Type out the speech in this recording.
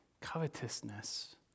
Covetousness